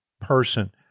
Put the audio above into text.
person